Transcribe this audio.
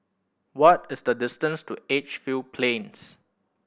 what is the distance to Edgefield Plains